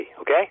okay